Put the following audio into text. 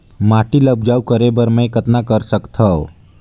माटी ल उपजाऊ करे बर मै कतना करथव?